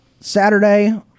Saturday